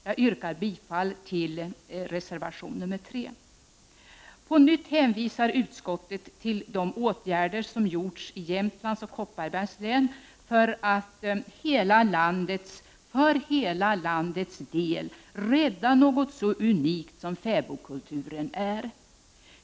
Jag yrkar bifall till reservation nr 3. På nytt hänvisar utskottet till de åtgärder som gjorts i Jämtlands och Kopparbergs län för att för hela landets del rädda något så unikt som fäbodkulturen.